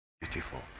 beautiful